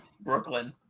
Brooklyn